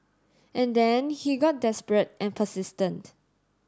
and then he got desperate and persistent